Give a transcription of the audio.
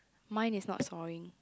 mine is not sawing